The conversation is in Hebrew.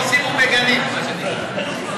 עושים ומגנים, מה שנקרא.